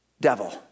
devil